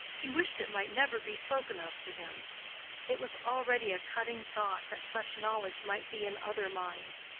he wished it might never be spoken of to him it was already a cutting thought that such knowledge might be in other minds.